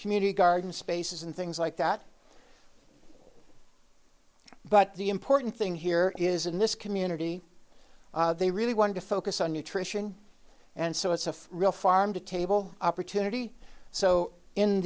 community garden spaces and things like that but the important thing here is in this community they really want to focus on nutrition and so it's a real farm to table opportunity so in